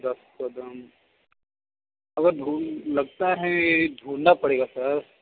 दस क़दम अगर धूल लगता है धूंढना पड़ेगा सर